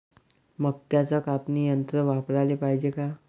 मक्क्याचं कापनी यंत्र वापराले पायजे का?